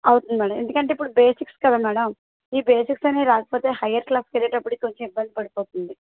అవుతుంది మేడం ఎందుకంటే ఇప్పుడు బేసిక్స్ కదా మేడం ఈ బేసిక్స్ అనేవి రాకపోతే హైయర్ క్లాస్కి వేళ్ళేటప్పటికి కొంచెం ఇబ్బంది పడిపోతుంది